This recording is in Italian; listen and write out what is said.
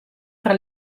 tra